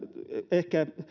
ehkä